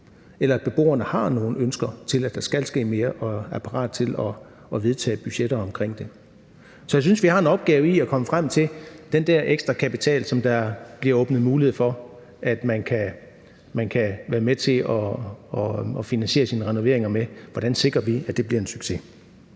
eller at beboerne har nogle ønsker til, at der skal ske mere, og er parate til at vedtage budgetter i forhold til det. Så jeg synes, at vi har en opgave i at komme frem til den der ekstra kapital, som der bliver åbnet mulighed for at man kan være med til at finansiere sine renoveringer med, og hvordan vi sikrer, at det bliver en succes.